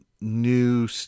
new